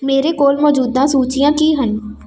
ਮੇਰੇ ਕੋਲ ਮੌਜੂਦਾ ਸੂਚੀਆਂ ਕੀ ਹਨ